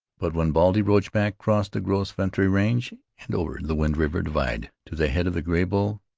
but when baldy roachback crossed the gros ventre range and over the wind river divide to the head of the graybull,